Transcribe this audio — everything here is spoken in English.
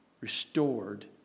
restored